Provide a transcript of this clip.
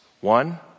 One